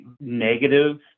negative